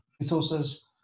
resources